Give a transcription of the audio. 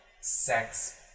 sex